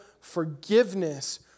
forgiveness